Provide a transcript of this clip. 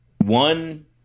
one